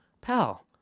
pal